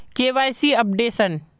KYC updation?